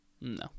No